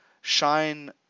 shine